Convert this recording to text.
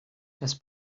das